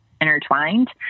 intertwined